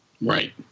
Right